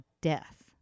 death